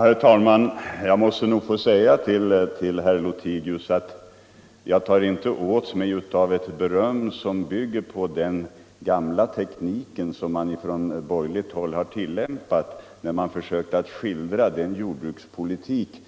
Herr talman! Jag måste nog få säga till herr Lothigius att jag inte tar åt mig av ett beröm som bygger på den gamla teknik man från borgerligt håll begagnat när man försökt beskriva den jordbrukspolitik